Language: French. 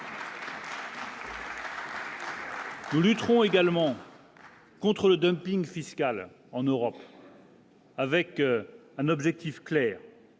Ils lutteront également. Contre le dumping fiscal en Europe. Avec un objectif clair